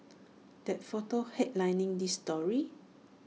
that photo headlining this story